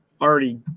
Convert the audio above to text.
already